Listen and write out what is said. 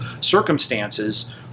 Circumstances